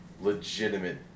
legitimate